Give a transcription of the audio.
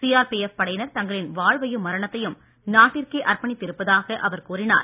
CRPF படையினர் தங்களின் வாழ்வையும் மரணத்தையும் நாட்டிற்கே அர்ப்பணித்து இருப்பதாக அவர் கூறினார்